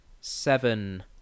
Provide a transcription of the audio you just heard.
seven